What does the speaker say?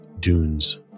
dunes